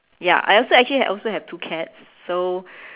ya I also actually I also have two cats so